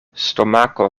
stomako